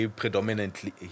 predominantly